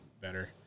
better